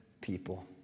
people